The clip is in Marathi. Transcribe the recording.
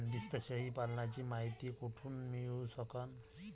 बंदीस्त शेळी पालनाची मायती कुठून मिळू सकन?